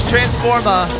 Transforma